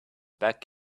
back